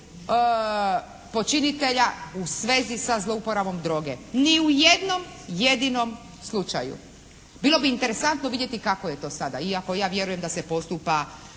počinitelja u svezi sa zlouporabom droge. Ni u jednom jedinom slučaju. Bilo bi interesantno vidjeti kako je to sada? Iako ja vjerujem da se postupa